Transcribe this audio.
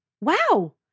wow